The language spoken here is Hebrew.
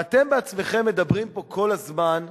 ואתם בעצמכם מדברים פה כל הזמן,